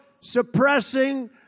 suppressing